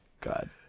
God